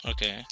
Okay